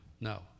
No